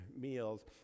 meals